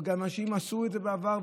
אנשים עשו את זה בעבר,